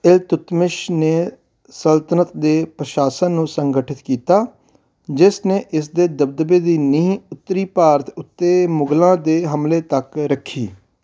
ਇਲਤੁਤਮਿਸ਼ ਨੇ ਸਲਤਨਤ ਦੇ ਪ੍ਰਸ਼ਾਸਨ ਨੂੰ ਸੰਗਠਿਤ ਕੀਤਾ ਜਿਸ ਨੇ ਇਸ ਦੇ ਦਬਦਬੇ ਦੀ ਨੀਂਹ ਉੱਤਰੀ ਭਾਰਤ ਉੱਤੇ ਮੁਗ਼ਲਾਂ ਦੇ ਹਮਲੇ ਤੱਕ ਰੱਖੀ